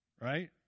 right